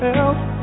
else